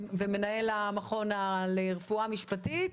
מנהל המכון לרפואה משפטית,